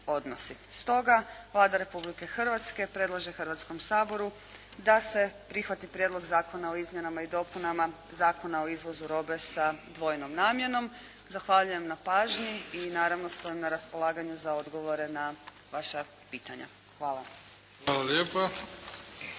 Stoga Vlada Republike Hrvatske predlaže Hrvatskom saboru da se prihvati Prijedlog zakona o izmjenama i dopunama Zakona o izvozu robe s dvojnom namjenom. Zahvaljujem na pažnji. I naravno, stojim na raspolaganju za odgovore na vaša pitanja. Hvala. **Bebić,